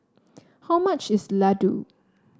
how much is Ladoo